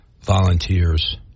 volunteers